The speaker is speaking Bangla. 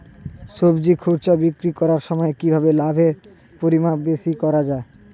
সবজি খুচরা বিক্রি করার সময় কিভাবে লাভের পরিমাণ বেশি করা যায়?